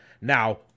Now